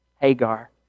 Hagar